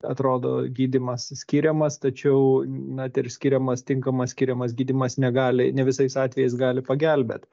atrodo gydymas skiriamas tačiau net ir skiriamas tinkamas skiriamas gydymas negali ne visais atvejais gali pagelbėt